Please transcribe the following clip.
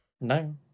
No